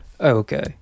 Okay